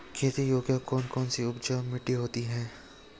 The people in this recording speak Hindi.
खेती योग्य कौन कौन सी उपजाऊ मिट्टी होती है?